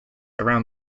around